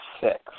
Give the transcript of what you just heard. six